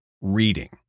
reading